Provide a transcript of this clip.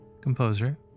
composer